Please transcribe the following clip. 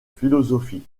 philosophie